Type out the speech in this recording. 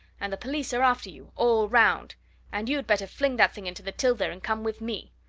and the police are after you all round and you'd better fling that thing into the till there and come with me.